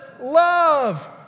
love